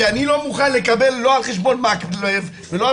כי אני לא מוכן לקבל לא על חשבון מקלב ולא על